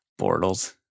Bortles